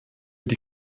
die